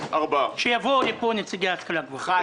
שיבואו לפה נציגי ההשכלה הגבוהה.